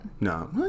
No